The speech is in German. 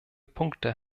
punkte